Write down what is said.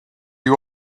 you